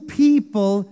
people